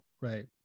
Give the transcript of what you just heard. right